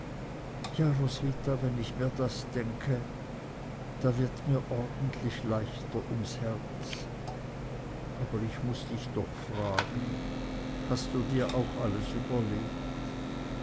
wenn ich mir das denke da wird mir ordentlich leichter ums herz aber ich muß dich doch fragen hast du dir auch alles überlegt